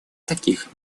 таких